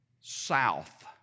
south